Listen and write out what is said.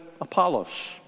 Apollos